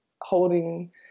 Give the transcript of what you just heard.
holding